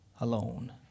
alone